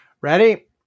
Ready